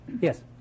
Yes